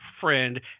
friend